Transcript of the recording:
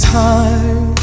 time